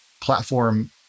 platform